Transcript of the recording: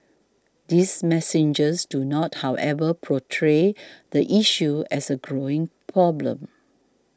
these messages do not however portray the issue as a growing problem